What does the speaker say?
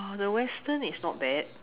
the western is not bad